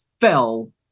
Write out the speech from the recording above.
fell